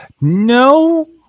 No